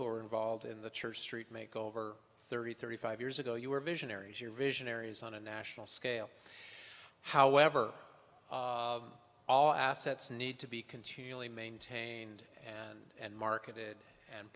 who are involved in the church street make over thirty thirty five years ago you were visionaries you're visionaries on a national scale however all assets need to be continually maintained and marketed and